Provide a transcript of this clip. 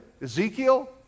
Ezekiel